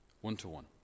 one-to-one